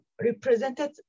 represented